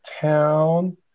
town